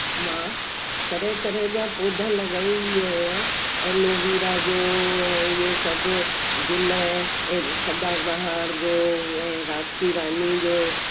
मां तरह तरह जा पौधा लॻाईंदी आहियां एलोवीरा जो ऐं इहे सभु गुल ऐं सदाबहार जो ऐं राति की रानी जो